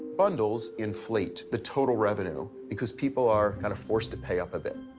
bundles inflate the total revenue because people are kind of forced to pay up a bit.